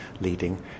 leading